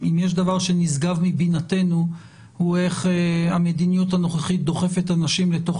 אם יש דבר שנשגב מבינתנו הוא איך המדיניות הנוכחית דוחפת אנשים לתוך